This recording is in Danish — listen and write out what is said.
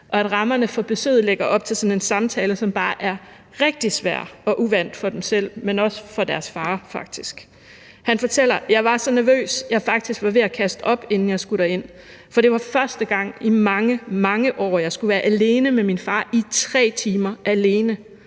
og at rammerne for besøget lægger op til sådan en samtale, som bare er rigtig svær og uvant for dem selv, men også for deres far faktisk. Han fortæller: »Jeg var så nervøs, jeg var faktisk ved at kaste op, inden jeg skulle derind. Fordi det var jo første gang i mange, mange, mange år, jeg skulle være alene med min far i tre timer, alene.